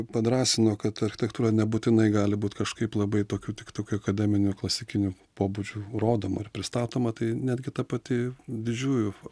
padrąsino kad architektūra nebūtinai gali būt kažkaip labai tokiu tik tokiu akademiniu klasikiniu pobūdžiu rodoma ir pristatoma tai netgi ta pati didžiųjų